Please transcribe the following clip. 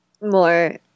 more